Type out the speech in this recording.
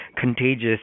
contagious